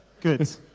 Good